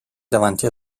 davanti